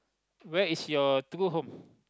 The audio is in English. where is your true home